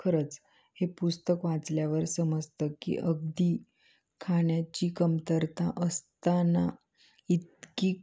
खरंच हे पुस्तक वाचल्यावर समजतं की अगदी खाण्याची कमतरता असताना इतकी